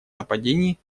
нападений